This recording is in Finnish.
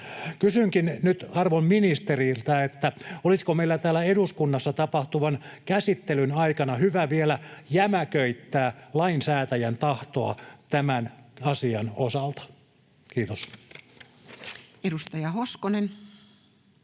Kysynkin nyt arvon ministeriltä: olisiko meidän täällä eduskunnassa tapahtuvan käsittelyn aikana hyvä vielä jämäköittää lainsäätäjän tahtoa tämän asian osalta? — Kiitos. Edustaja Hoskonen.